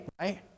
right